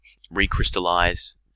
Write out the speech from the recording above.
recrystallize